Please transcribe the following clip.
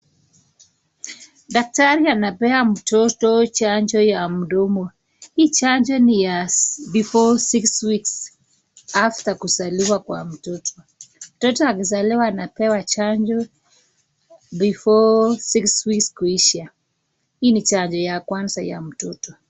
Daktari anapea mtoto chanjo ya mdomo hii chanjo ni ya before six weeks after kuzaliwa kwa mtoto. Mtotoa akizaliwa anapewa chanjo before six weeks kuisha hii ni chanjo ya kwanza ya mtoto.